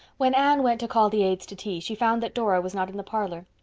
when anne went to call the aids to tea she found that dora was not in the parlor.